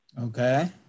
Okay